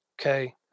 okay